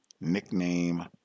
nickname